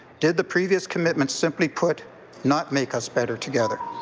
did the previous commitment simply put not make us better together?